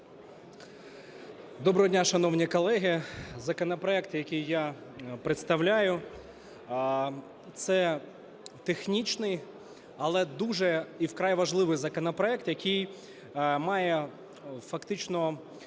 Доброго дня, шановні колеги. Законопроект, який я представляю, це технічний, але дуже і вкрай важливий законопроект, який має фактично